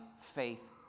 faith